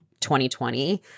2020